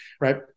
Right